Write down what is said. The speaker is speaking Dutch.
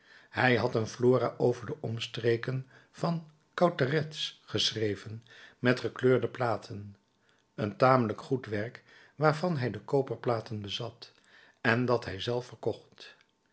hij had een flora over de omstreken van cauteretz geschreven met gekleurde platen een tamelijk goed werk waarvan hij de koperplaten bezat en dat hij zelf verkocht